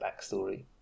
backstory